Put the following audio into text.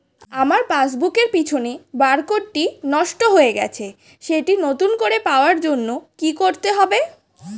আমার পাসবুক এর পিছনে বারকোডটি নষ্ট হয়ে গেছে সেটি নতুন করে পাওয়ার জন্য কি করতে হবে?